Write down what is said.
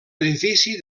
edifici